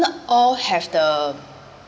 not all have the